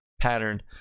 pattern